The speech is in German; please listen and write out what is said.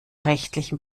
rechtlichen